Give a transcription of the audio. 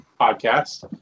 podcast